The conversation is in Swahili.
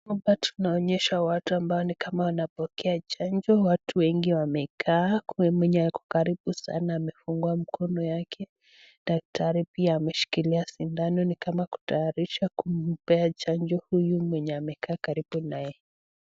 Hapa tunaonyeshwa watu ambao ni kama wanapokea chanjo. Watu wengi wamekaa kuna mwenye ako karibu sana amefungua mkono yake. Daktari ameshikilia sindano ni kama anatayarisha kumpea chanjo huyu mwenye amekaa karibu naye.